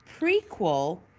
prequel